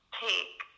take